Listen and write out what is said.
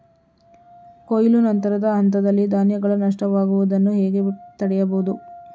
ಕೊಯ್ಲು ನಂತರದ ಹಂತದಲ್ಲಿ ಧಾನ್ಯಗಳ ನಷ್ಟವಾಗುವುದನ್ನು ಹೇಗೆ ತಡೆಯಬಹುದು?